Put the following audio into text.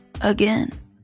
again